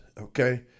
okay